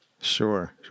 Sure